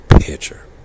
picture